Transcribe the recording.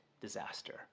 disaster